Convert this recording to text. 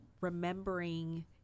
remembering